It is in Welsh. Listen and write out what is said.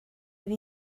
fydd